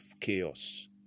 chaos